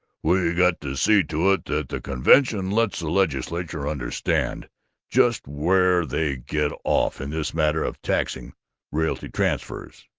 we got to see to it that the convention lets the legislature understand just where they get off in this matter of taxing realty transfers.